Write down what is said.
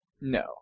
No